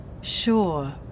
Sure